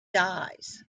dies